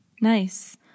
Nice